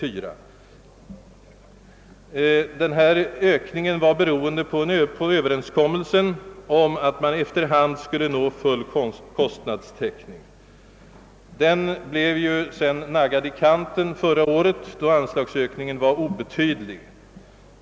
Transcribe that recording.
Att en successiv anslagsökning skett under några år beror på överenskommelsen att man efter hand skulle nå full kostnadstäckning för denna verksamhet. Den överenskommelsen blev dock som sagt naggad i kanten förra året, då anslagsökningen i kronor räknat var obetydlig.